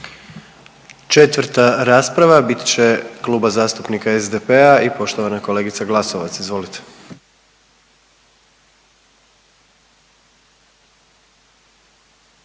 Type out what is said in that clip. Četvrta rasprava bit će Kluba zastupnika SDP-a i poštovana kolegica Glasovac. Izvolite.